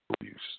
abuse